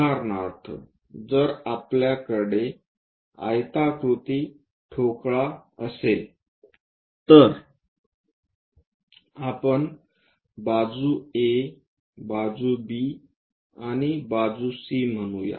उदाहरणार्थ जर आपल्याकडे आयताकृती ठोकळा असेल तर आपण बाजू A बाजू B आणि C म्हणूया